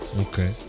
Okay